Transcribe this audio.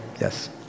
yes